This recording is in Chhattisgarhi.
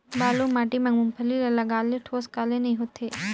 बालू माटी मा मुंगफली ला लगाले ठोस काले नइ होथे?